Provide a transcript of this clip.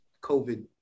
COVID